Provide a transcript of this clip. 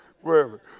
wherever